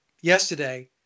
yesterday